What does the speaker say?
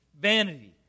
vanity